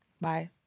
bye